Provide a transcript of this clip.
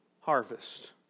harvest